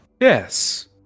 Yes